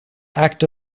act